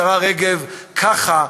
השרה רגב: ככה,